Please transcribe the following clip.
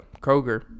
Kroger